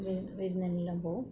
V വിരുന്നിനെല്ലാം പോവും